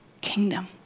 kingdom